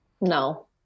no